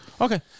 Okay